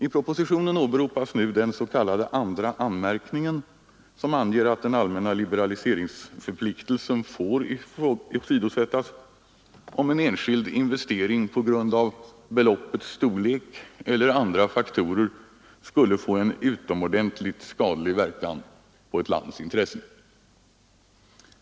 I propositionen åberopas nu den s.k. andra anmärkningen, som anger att den allmänna liberaliseringsförpliktelsen får åsidosättas, om en enskild investering på grund av beloppets storlek eller andra faktorer skulle få en utomordentligt skadlig verkan på ett lands intressen.